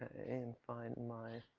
and find my.